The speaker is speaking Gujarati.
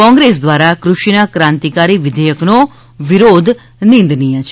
કોંગ્રેસ દ્વારા કૃષિના ક્રાંતિકારી વિઘેયકનો વિરોધ નિંદનીય છે